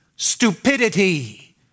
stupidity